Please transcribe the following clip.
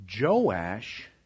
Joash